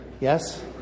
yes